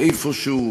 איפשהו,